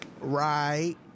Right